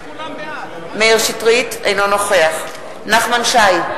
אינו נוכח נחמן שי,